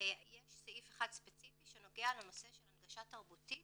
סעיף אחד ספציפי שנוגע לנושא של הנגשה תרבותית